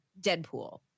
Deadpool